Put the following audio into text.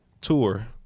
tour